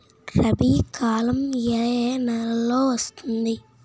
రబీ కాలం ఏ ఏ నెలలో వస్తుంది?